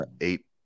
eight